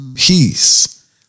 Peace